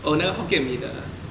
oh 那个 hokkien mee 的